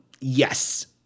yes